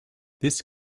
this